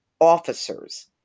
officers